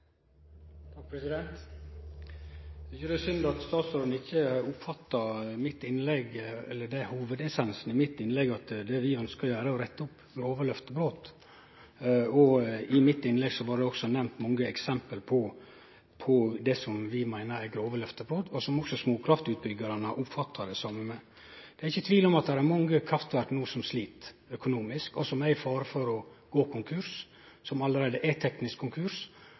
det er synd at statsråden ikkje har oppfatta hovudessensen i mitt innlegg, at det vi ønskjer å gjere, er å rette opp grove løftebrot. I mitt innlegg var det også nemnt mange eksempel på det som vi meiner er grove løftebrot, som også småkraftutbyggjarane har oppfatta det som. Det er ikkje tvil om at det er mange kraftverk no som slit økonomisk, og som står i fare for å gå konkurs, som allereie er teknisk konkurs,